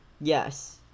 Yes